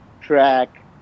Track